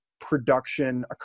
production